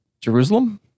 Jerusalem